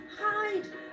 hide